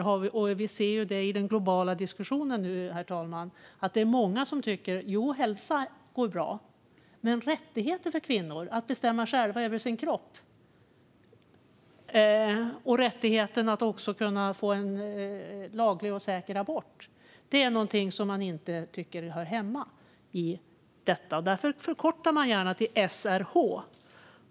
Vi ser i den globala diskussionen, herr talman, att det är många länder som tycker att hälsa går bra medan rättigheter för kvinnor att själva bestämma över sin kropp och rättigheten att kunna få en laglig och säker abort inte är något som man tycker hör hemma där. Därför förkortar man gärna till SRH.